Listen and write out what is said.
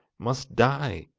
must die.